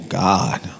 god